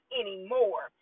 anymore